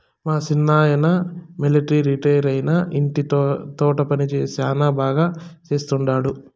మా సిన్నాయన మిలట్రీ రిటైరైనా ఇంటి తోట పని శానా బాగా చేస్తండాడు